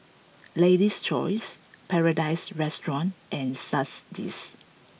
Lady's Choice Paradise Restaurant and